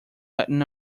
latin